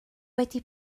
wedi